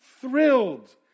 thrilled